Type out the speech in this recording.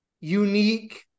unique